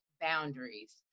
boundaries